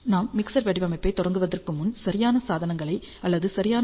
நாம் மிக்சர் வடிவமைப்பைத் தொடங்குவதற்கு முன் சரியான சாதனங்களை அல்லது சரியான ஐ